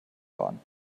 warten